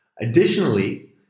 Additionally